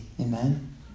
Amen